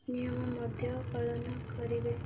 ନିୟମ ମଧ୍ୟ ପାଳନ କରିବେ